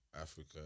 Africa